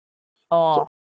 oh